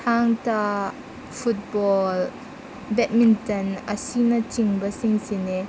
ꯊꯥꯡ ꯇꯥ football badminton ꯑꯁꯤꯅꯆꯤꯡꯕꯁꯤꯡꯁꯤꯅꯦ